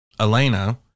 Elena